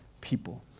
people